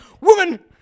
Woman